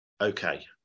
okay